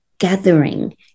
gathering